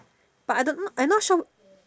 but I don't know I not sure